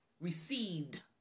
received